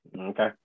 okay